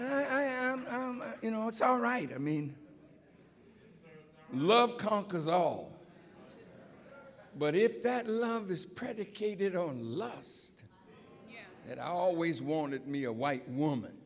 heaven you know it's all right i mean love conquers all but if that love is predicated on love and always wanted me a white woman